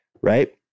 right